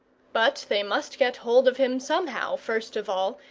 but they must get hold of him somehow, first of all,